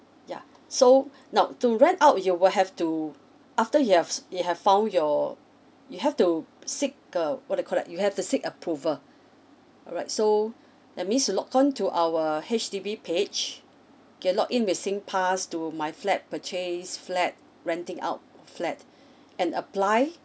yeah so now to rent out you will have to after you have you have found your you have to seek uh what do you call that you have to seek approval alright so that means log on to our H_D_B page can log in with singpass to my flat purchase flat renting out flat and apply